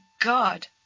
god